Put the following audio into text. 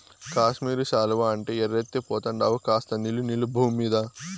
కాశ్మీరు శాలువా అంటే ఎర్రెత్తి పోతండావు కాస్త నిలు నిలు బూమ్మీద